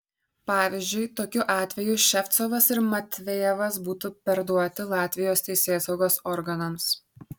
pavyzdžiui tokiu atveju ševcovas ir matvejevas būtų perduoti latvijos teisėsaugos organams